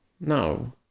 no